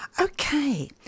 Okay